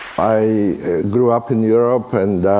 i grew up in europe, and